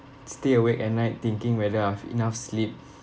stay awake at night thinking whether I've enough sleep